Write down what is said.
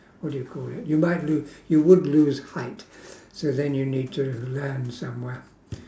what do you call it you might lo~ you would lose height so then you need to land somewhere